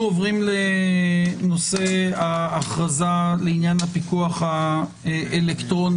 אנחנו עוברים להכרזה לעניין הפיקוח האלקטרוני.